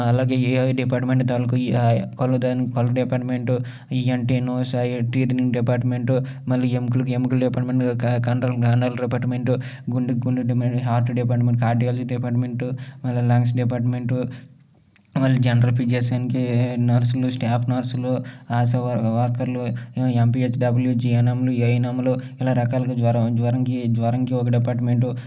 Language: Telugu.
అలాగే ఏఐ డిపార్ట్మెంటు తాలూకు కళ్ళు డిపార్ట్మెంట్ ఈ అంటే నోస్ టీతినింగ్ డిపార్ట్మెంటు మళ్లీ ఎముకలకు ఎముకల డిపార్ట్మెంటు కండరాలకు కండరాల డిపార్ట్మెంటు గుండెకు గుండె హార్ట్ డిపార్ట్మెంటు కార్డియాలజీ డిపార్ట్మెంటు మళ్ళీ లంగ్స్ డిపార్ట్మెంటు మళ్లీ జనరల్ ఫిజిషియన్కి నర్సులు స్టాఫ్ నర్సులు ఆశా వర్కర్లు ఎంపిహెచ్డబ్ల్యు జిఎన్ఎంలు ఏఎన్ఎంలు ఇలా రకాలుగా జ్వరం జ్వరంకి జ్వరంకి ఒక డిపార్ట్మెంటు